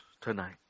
tonight